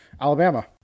Alabama